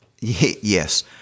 yes